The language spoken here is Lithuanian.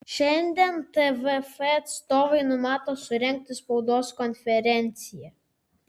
šiandien tvf atstovai numato surengti spaudos konferenciją